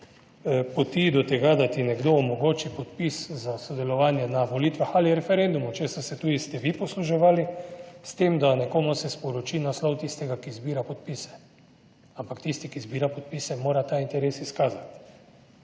najdeš poti do tega, da ti nekdo omogoči podpis za sodelovanje na volitvah ali referendumu, česa ste se tudi vi posluževali s tem, da nekomu se sporoči naslov tistega, ki zbira podpise, ampak tisti, ki zbira podpise mora ta interes izkazati